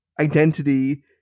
identity